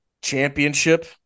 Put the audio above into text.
championship